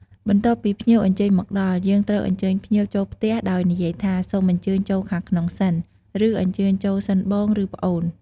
បន្ទាប់ពីភ្ញៀវអញ្ជើញមកដល់ យើងត្រូវអញ្ជើញភ្ញៀវចូលផ្ទះដោយនិយាយថា សូមអញ្ជើញចូលខាងក្នុងសិន ឬអញ្ជើញចូលសិនបង ឬប្អូន។